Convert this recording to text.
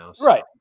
Right